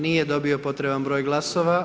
Nije dobio potreban broj glasova.